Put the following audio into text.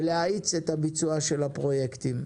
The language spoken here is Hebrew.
ולהאיץ את הביצוע של הפרויקטים.